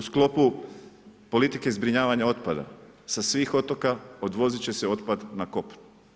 U sklopu politike zbrinjavanja otpada, sa svih otoka odvozit će se otpad na kopno.